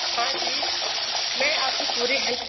हाँ जी मैं आपकी पूरी हेल्प